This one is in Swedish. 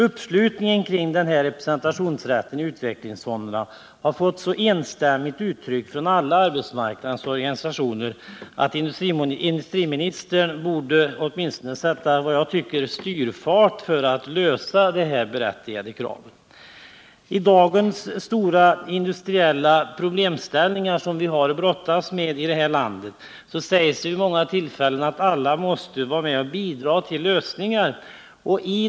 Samtliga organisationer på arbetsmarknaden sluter enstämmigt upp kring kravet på representationsrätt i utvecklingsfonderna. Därför borde, som jag ser det, industriministern sätta åtminstone styrfart, så att det här berättigade kravet kan uppfyllas. När det gäller de stora industriella problem som vi i dag har att brottas med i vårt land måste alla, som man vid många tillfällen sagt, vara med och bidra till en lösning av problemen.